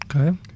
okay